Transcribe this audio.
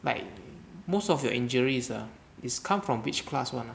like most of your injuries ah is come from which class one